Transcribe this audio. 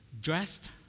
Dressed